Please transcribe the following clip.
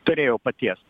turėjo patiest